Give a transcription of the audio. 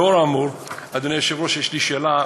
לאור האמור, אדוני היושב-ראש, יש לי שאלה,